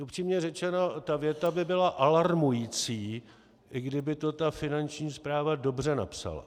Upřímně řečeno, ta věta by byla alarmující, i kdyby to ta Finanční správa dobře napsala.